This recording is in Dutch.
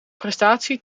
prestatie